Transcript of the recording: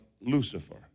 Lucifer